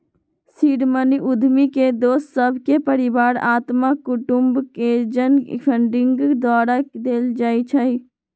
seed money उद्यमी के दोस सभ, परिवार, अत्मा कुटूम्ब, एंजल फंडिंग द्वारा देल जाइ छइ